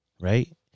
right